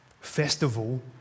festival